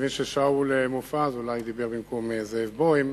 אני מבין שחבר הכנסת שאול מופז דיבר במקום חבר הכנסת זאב בוים.